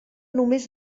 només